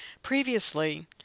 Previously